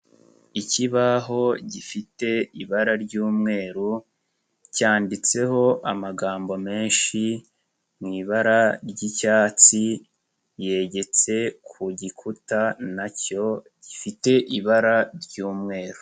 Ikibaho gifite ibara ry'umweru cyanditseho amagambo menshi mu ibara ry'icyatsi yegeretse ku gikuta na cyo gifite ibara ry'umweru.